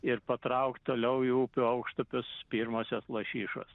ir patraukt toliau į upių aukštupius pirmosios lašišos